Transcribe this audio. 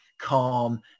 calm